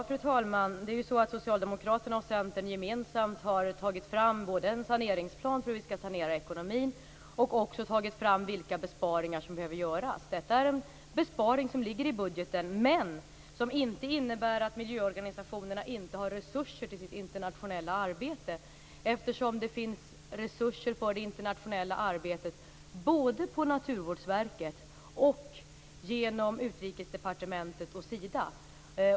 Fru talman! Det är ju så att Socialdemokraterna och Centern gemensamt har tagit fram både en saneringsplan för hur vi skall sanera ekonomin och också tagit fram vilka besparingar som behöver göras. Detta är en besparing som ligger i budgeten, men som inte innebär att miljöorganisationerna inte har resurser till sitt internationella arbete. Det finns nämligen resurser för det internationella arbetet såväl på Naturvårdsverket som genom Utrikesdepartementet och Sida.